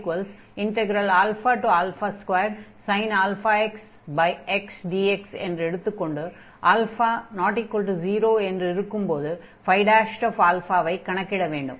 2sin αx xdx என்று எடுத்துக்கொண்டு α≠0 என்று இருக்கும்போது ϕ ஐ கணக்கிட வேண்டும்